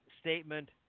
statement